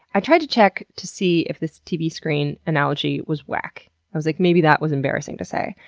i tried to check to see if this tv screen analogy was whack i was like, maybe that was embarrassing to say,